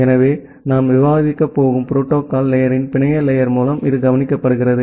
எனவே நாம் விவாதிக்கப் போகும் புரோட்டோகால் லேயர்ரின் பிணைய லேயர் மூலம் இது கவனிக்கப்படுகிறது